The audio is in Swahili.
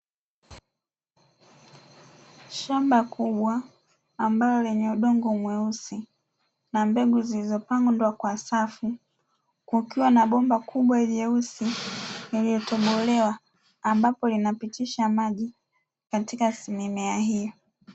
Shamba kubwa ambalo lenye udongo mweusi na mbegu zilizopandwa kwa safu, kukiwa na bomba kubwa jeusi lililotobolewa ambapo linapitisha maji katika mimea hiyo.